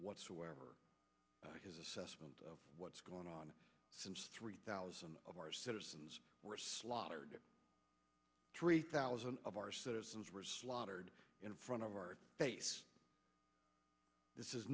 whatsoever his assessment of what's going on since three thousand of our citizens were slaughtered three thousand of our citizens were slaughtered in front of our base this is